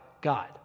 God